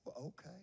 okay